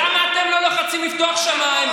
למה אתם לא לוחצים לפתוח את השמיים?